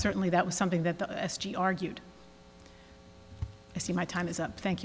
certainly that was something that the s g argued i see my time is up thank